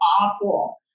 awful